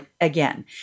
again